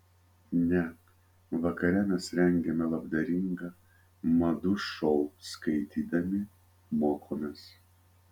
ne vakare mes rengiame labdaringą madų šou skaitydami mokomės